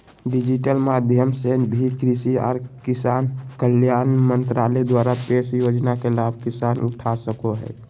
digital माध्यम से भी कृषि आर किसान कल्याण मंत्रालय द्वारा पेश योजना के लाभ किसान उठा सको हय